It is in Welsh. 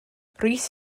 rhys